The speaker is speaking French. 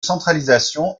centralisation